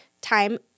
time